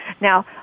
Now